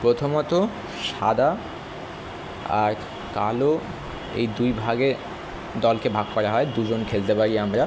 প্রথমত সাদা আর কালো এই দুই ভাগে দলকে ভাগ করা হয় দুজন খেলতে পারি আমরা